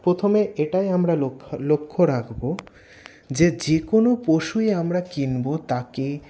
প্রথমে এটাই আমরা লক্ষ্য লক্ষ্য রাখবো যে যেকোনো পশুই আমরা কিনবো তাকে